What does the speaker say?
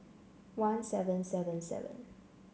one seven seven seven